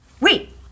Wait